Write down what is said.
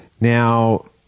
Now